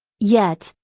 yet,